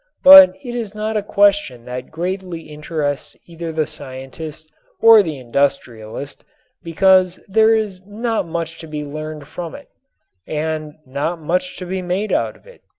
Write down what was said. but it is not a question that greatly interests either the scientist or the industrialist because there is not much to be learned from it and not much to be made out of it.